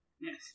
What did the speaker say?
Yes